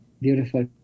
Beautiful